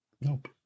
Nope